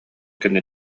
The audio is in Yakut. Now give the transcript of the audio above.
кэннэ